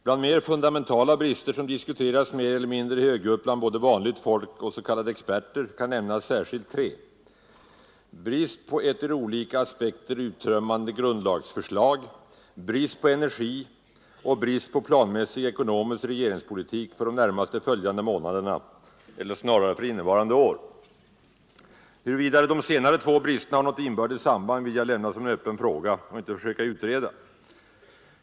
Bland mer fundamentala brister som diskuteras mer eller mindre högljutt bland både vanligt folk och s.k. experter kan nämnas särskilt tre: bristen på ett ur olika aspekter uttömmande grundlagsförslag, brist på energi samt brist på planmässig ekonomisk regeringspolitik för de närmaste månaderna — eller snarare innevarande år. Huruvida de två sistnämnda bristerna har något inbördes samband vill jag se som en öppen fråga och inte här försöka utreda.